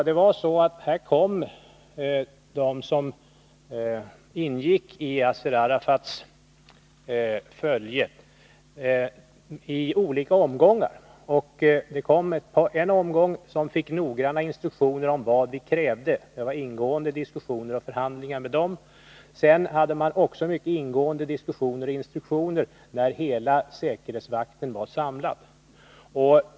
De som ingick i Yasser Arafats följe kom i olika omgångar. Det kom en grupp som fick noggranna instruktioner om vad vi krävde — det var ingående diskussioner och förhandlingar med dem. Sedan hade man också mycket ingående diskussioner och instruktioner när hela säkerhetsvakten var samlad.